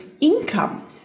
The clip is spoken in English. income